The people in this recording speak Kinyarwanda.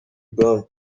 bwami